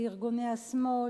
לארגוני השמאל,